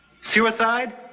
Suicide